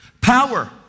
power